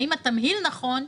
האם התמהיל נכון,